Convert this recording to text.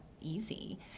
easy